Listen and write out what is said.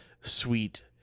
sweet